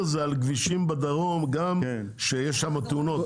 כי אין רכבות לא בשישי ולא בשבת כבר שנים אני מבאר שבע,